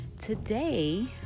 Today